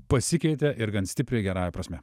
pasikeitė ir gan stipriai gerąja prasme